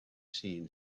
seen